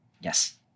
Yes